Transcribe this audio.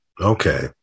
Okay